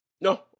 No